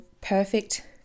perfect